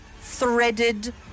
threaded